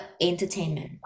entertainment